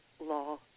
law